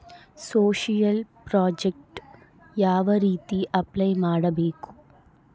Social project ಯಾವ ರೇತಿ apply ಮಾಡಬೇಕು?